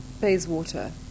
Bayswater